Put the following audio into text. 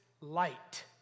light